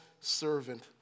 servant